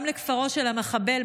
גם לכפרו של המחבל,